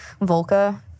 Volca